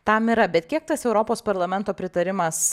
tam yra bet kiek tas europos parlamento pritarimas